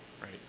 right